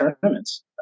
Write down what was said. tournaments